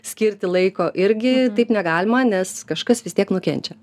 skirti laiko irgi taip negalima nes kažkas vis tiek nukenčia